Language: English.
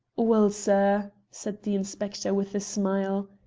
well, sir, said the inspector with a smile,